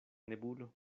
nebulo